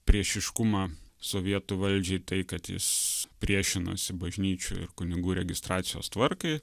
priešiškumą sovietų valdžiai tai kad jis priešinosi bažnyčių ir kunigų registracijos tvarkai